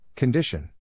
Condition